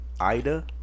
ida